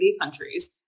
countries